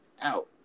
out